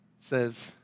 says